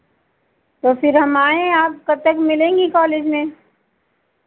तो फिर हम आएँ आप कब तक मिलेंगी कॉलेज में